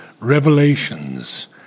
revelations